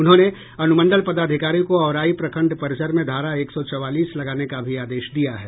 उन्होंने अनुमंडल पदाधिकारी को औराई प्रखंड परिसर में धारा एक सौ चौवालीस लगाने का भी आदेश दिया है